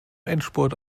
endspurt